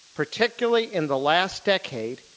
particularly in the last decade,